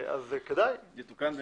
יתוקן בהתאם.